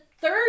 third